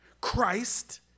Christ